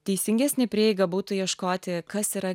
teisingesnė prieiga būtų ieškoti kas yra